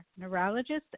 neurologist